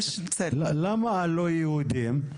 למה לא יהודים?